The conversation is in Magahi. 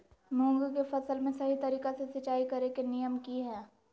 मूंग के फसल में सही तरीका से सिंचाई करें के नियम की हय?